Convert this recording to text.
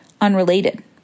unrelated